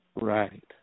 Right